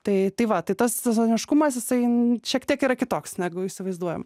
tai tai va tai tas sezoniškumas jisai šiek tiek yra kitoks negu įsivaizduojam